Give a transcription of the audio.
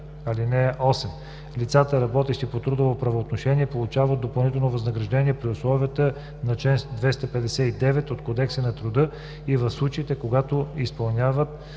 „(8) Лицата, работещи по трудово правоотношение, получават допълнително възнаграждение при условията на чл. 259 от Кодекса на труда и в случаите, когато изпълняват